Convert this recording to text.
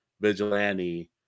vigilante